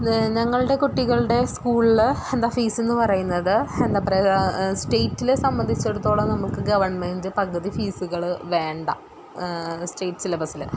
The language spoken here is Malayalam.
ദേ ഞങ്ങളുടെ കുട്ടികളുടെ സ്കൂളിൽ എന്താണ് ഫീസ് എന്ന് പറയുന്നത് എന്താണ് പറയുക സ്റ്റേറ്റിൽ സംബന്ധിച്ചിടത്തോളം നമുക്ക് ഗവൺമെൻറ് പകുതി ഫീസുകൾ വേണ്ട സ്റ്റേറ്റ് സിലബസിൽ